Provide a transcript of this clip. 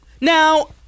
Now